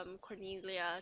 Cornelia